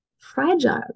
fragile